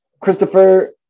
Christopher